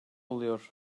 oluyor